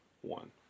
one